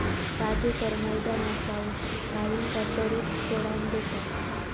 राजू तर मैदानात जाऊन गायींका चरूक सोडान देता